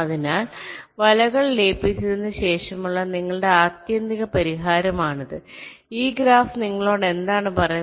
അതിനാൽ വലകൾ ലയിപ്പിച്ചതിന് ശേഷമുള്ള നിങ്ങളുടെ ആത്യന്തിക പരിഹാരമാണിത് ഈ ഗ്രാഫ് നിങ്ങളോട് എന്താണ് പറയുന്നത്